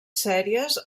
sèries